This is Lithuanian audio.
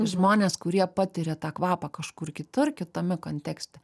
žmonės kurie patiria tą kvapą kažkur kitur kitame kontekste